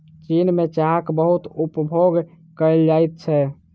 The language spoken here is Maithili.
चीन में चाहक बहुत उपभोग कएल जाइत छै